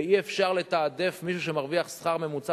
ואי-אפשר לתעדף מישהו שמרוויח שכר ממוצע